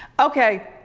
okay,